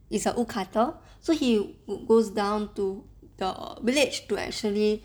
is a wood cutter so he goes down to the village to actually